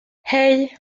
hey